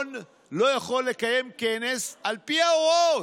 המלון לא יכול לקיים כנס של 150,